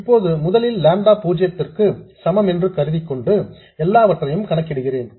இப்போது முதலில் லாம்டா பூஜ்யத்திற்கு சமம் என்று கருதிக்கொண்டு எல்லாவற்றையும் கணக்கிடுகிறேன்